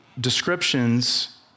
descriptions